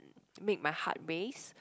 make my heart race